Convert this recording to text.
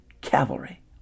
Cavalry